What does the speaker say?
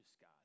God